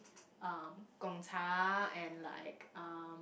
um Gong-cha and like um